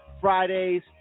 Fridays